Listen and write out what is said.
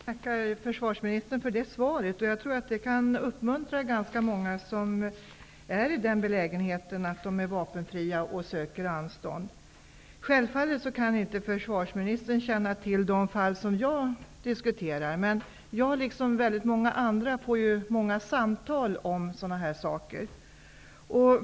Herr talman! Jag tackar försvarsministern för svaret. Jag tror att det kan uppmuntra ganska många som är i den belägenheten att de är vapenfria och ansöker om anstånd. Självfallet kan inte försvarsministern känna till de fall som jag diskuterar. Jag, liksom många andra, får många samtal om sådana här saker.